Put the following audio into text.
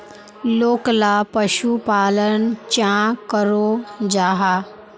लोकला पशुपालन चाँ करो जाहा?